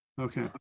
Okay